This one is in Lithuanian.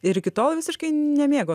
ir iki tol visiškai nemėgo